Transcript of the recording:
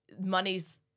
money's